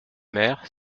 maire